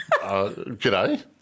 G'day